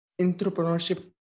entrepreneurship